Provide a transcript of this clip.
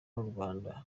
urwanda